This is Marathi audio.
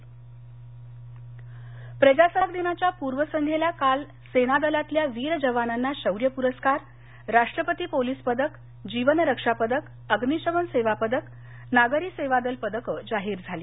इंट्रोपुरर्स्कार प्रजासत्ताक दिनाच्या पूर्व संध्येला काल सेना दलातल्या वीर जवानांना शौर्य पुरस्कार राष्ट्रपती पोलिस पदक जीवन रक्षा पदक अम्निशमन सेवा पदक नागरीसेवादल पदकं जाहीर झाले